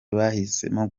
bahisemo